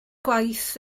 gwaith